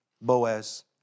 Boaz